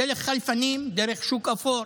דרך חלפנים, דרך שוק אפור.